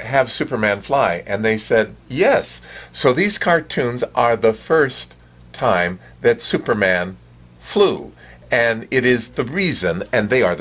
have superman fly and they said yes so these cartoons are the first time that superman flew and it is the reason and they are the